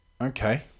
Okay